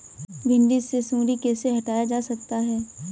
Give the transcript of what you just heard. भिंडी से सुंडी कैसे हटाया जा सकता है?